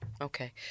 Okay